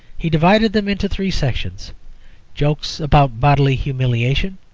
he divided them into three sections jokes about bodily humiliation,